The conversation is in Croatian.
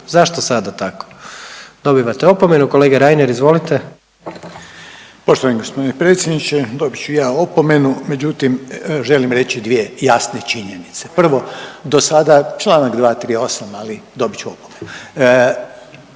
zašto sada tako? Dobivate opomenu. Kolega Reiner, izvolite. **Reiner, Željko (HDZ)** Poštovani g. predsjedniče, dobit ću i ja opomenu, međutim, želim reći 2 jasne činjenice. Prvo, do sada, čl. 238, ali dobit ću opomenu.